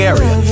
Area